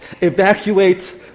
evacuate